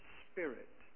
spirit